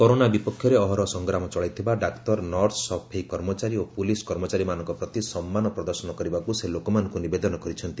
corona ବିପକ୍ଷରେ ଅହରହ ସଂଗ୍ରାମ ଚଳେଇଥିବା ଡାକ୍ତର ନର୍ସ ସଫେଇ କର୍ମଚାରୀ ଓ ପୁଲିସ୍ କର୍ମଚାରୀମାନଙ୍କ ପ୍ରତି ସମ୍ମାନ ପ୍ରଦର୍ଶନ କରିବାକୁ ସେ ଲୋକମାନଙ୍କୁ ନିବେଦନ କରିଛନ୍ତି